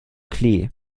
klee